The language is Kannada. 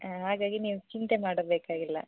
ಹಾಗಾಗಿ ನೀವು ಚಿಂತೆ ಮಾಡಬೇಕಾಗಿಲ್ಲ